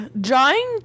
Drawing